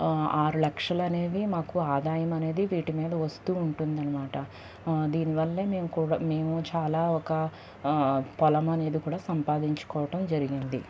ఆరు లక్షలనేవి మాకు ఆదాయం అనేది వీటిమీద వస్తూ ఉంటుంది అనమాట దీన్నివల్ల మేము కూడ మేము చాలా ఒక పొలమనేది సంపాదించుకోవటం జరిగింది